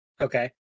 Okay